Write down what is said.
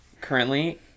Currently